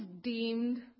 deemed